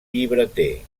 llibreter